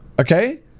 Okay